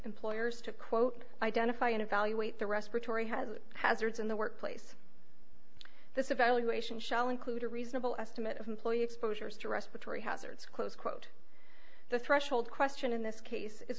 employers to quote identify and evaluate the respiratory has hazards in the workplace this evaluation shall include a reasonable estimate of employee exposures to respiratory hazards close quote the threshold question in this case is